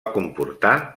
comportar